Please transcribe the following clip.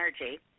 energy